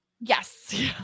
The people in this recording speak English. yes